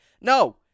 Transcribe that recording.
No